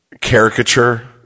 caricature